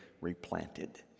replanted